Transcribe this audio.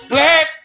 Black